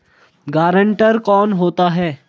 Guarantor कौन होता है?